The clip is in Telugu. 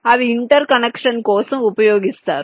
అవి ఇంటర్ కనెక్షన్ కోసం ఉపయోగిస్తారు